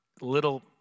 little